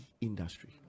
industry